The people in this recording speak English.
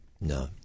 no